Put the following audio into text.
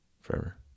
forever